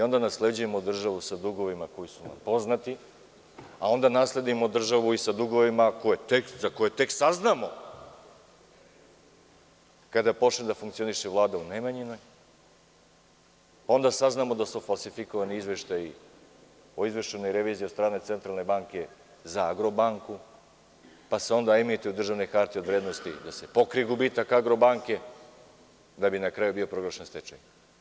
Onda nasleđujemo državu sa dugovima koji su na poznati, a onda nasledimo i državu sa dugovima za koje tek saznamo, kada počne da funkcioniše Vlada u Nemanjinoj, onda saznamo da su falsifikovani izveštaji o izvršenoj reviziji Centralne banke za „Agrobanku“, pa se onda emituju državne hartije od vrednosti da se pokrije gubitak „Agrobanke“, da bi na kraju bio proglašen stečaj.